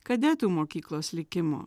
kadetų mokyklos likimo